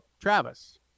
Travis